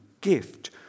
gift